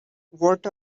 what